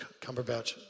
Cumberbatch